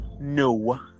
No